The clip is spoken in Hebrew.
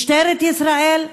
משטרת ישראל,